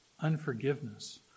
unforgiveness